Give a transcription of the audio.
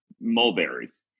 mulberries